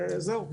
וזהו.